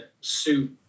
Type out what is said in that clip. suit